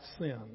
sin